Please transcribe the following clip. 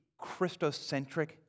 Christocentric